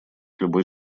любой